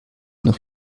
noch